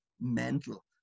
mental